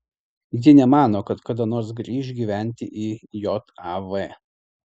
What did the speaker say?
ji nemano kad kada nors grįš gyventi į jav